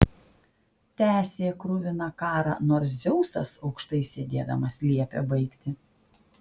tęsė kruviną karą nors dzeusas aukštai sėdėdamas liepė baigti